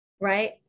right